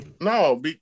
No